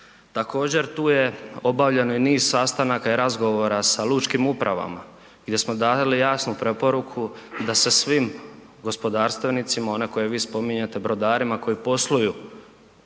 Također, tu je obavljeno i niz sastanaka i razgovora sa lučkim upravama gdje smo dali jasnu preporuku da se svim gospodarstvenicima, one koje vi spominjete, brodarima koji posluju